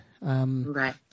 Right